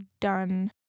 done